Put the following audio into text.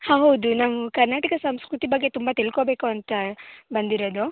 ಹೌದು ನಮ್ಮ ಕರ್ನಾಟಕ ಸಂಸ್ಕೃತಿ ಬಗ್ಗೆ ತುಂಬ ತಿಳ್ಕೊಬೇಕು ಅಂತ ಬಂದಿರೋದು